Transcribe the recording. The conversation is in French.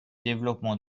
développement